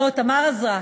לא, תמר עזרה.